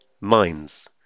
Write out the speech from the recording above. mines